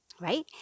right